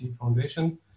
Foundation